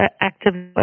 actively